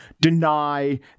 deny